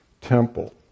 temple